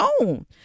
own